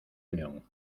unión